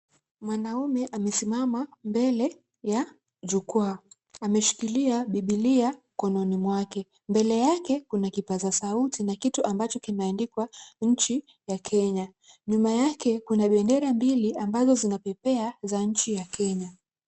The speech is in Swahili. Mwanaume amesimama mbele ya jukwaa. Ameshikilia bibilia mkononi mwake. Mbele yake kuna kipaza sauti na kitu ambacho kimeandikwa nchi ya Kenya. Nyuma yake kuna bendera mbili ambazo zinapepea za nchi ya Kenya.